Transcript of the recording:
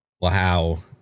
Wow